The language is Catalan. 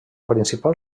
principal